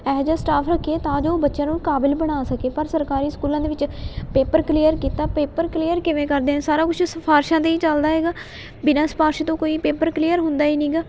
ਇਹੋ ਜਿਹਾ ਸਟਾਫ ਰੱਖੀਏ ਤਾਂ ਜੋ ਬੱਚਿਆਂ ਨੂੰ ਕਾਬਲ ਬਣਾ ਸਕੇ ਪਰ ਸਰਕਾਰੀ ਸਕੂਲਾਂ ਦੇ ਵਿੱਚ ਪੇਪਰ ਕਲੀਅਰ ਕੀਤਾ ਪੇਪਰ ਕਲੀਅਰ ਕਿਵੇਂ ਕਰਦੇ ਆ ਸਾਰਾ ਕੁਛ ਸਿਫਾਰਸ਼ਾਂ 'ਤੇ ਹੀ ਚੱਲਦਾ ਹੈਗਾ ਬਿਨਾਂ ਸਿਫਾਰਸ਼ ਤੋਂ ਕੋਈ ਪੇਪਰ ਕਲੀਅਰ ਹੁੰਦਾ ਹੀ ਨੀਗਾ